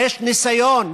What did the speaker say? יש ניסיון,